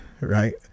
right